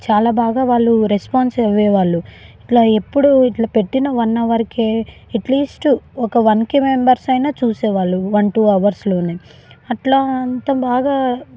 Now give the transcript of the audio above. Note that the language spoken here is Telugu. చాలా బాగా వాళ్ళు రెస్పాన్స్ అయ్యేవాళ్ళు ఇట్లా ఎప్పుడు ఇట్లా పెట్టిన వన్ అవర్కే ఎట్ లీస్ట్ ఒక వన్ కే మెంబర్స్ అయినా చూసేవాళ్ళు వన్ టు అవర్స్లోనే అట్లా అంత బాగా